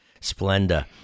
Splenda